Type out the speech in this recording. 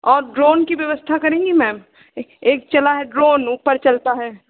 और ड्रोन की व्यवस्था करेंगी मैम एक चला है ड्रोन ऊपर चलता है